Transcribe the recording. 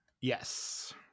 yes